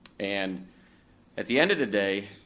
and at the end of the day,